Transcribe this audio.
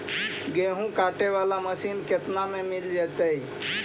गेहूं काटे बाला मशीन केतना में मिल जइतै?